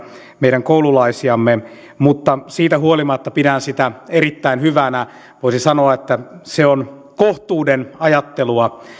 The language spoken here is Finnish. meidän koululaisiamme mutta siitä huolimatta pidän sitä erittäin hyvänä voisi sanoa että se on kohtuuden ajattelua